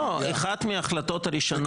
לא, אחת מההחלטות הראשונות.